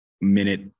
minute